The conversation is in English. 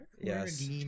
yes